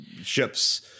ships